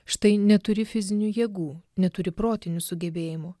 štai neturi fizinių jėgų neturi protinių sugebėjimų